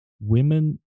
women